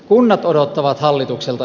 kunnat odottavat hallitukselta